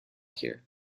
here